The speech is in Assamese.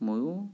ময়ো